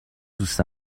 دوست